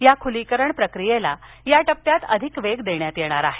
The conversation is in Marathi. त्या खुलीकरण प्रक्रियेला या टप्प्यात अधिकवेग देण्यात येणार आहे